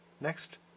Next